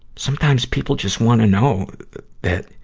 sometimes people just wanna know that,